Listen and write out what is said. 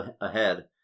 ahead